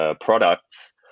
products